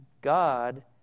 God